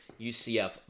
UCF